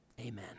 amen